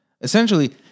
Essentially